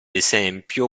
esempio